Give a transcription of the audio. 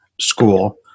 school